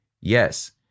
Yes